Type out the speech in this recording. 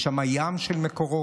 יש שם ים של מקורות.